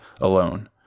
alone